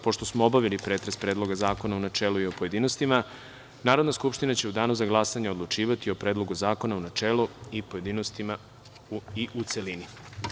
Pošto smo obavili pretres Predloga zakona u načelu i u pojedinostima, Narodna skupština će u Danu za glasanje odlučivati o Predlogu zakona u načelu, pojedinostima i u celini.